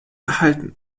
erhalten